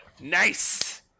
Nice